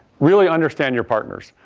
really understand your partners.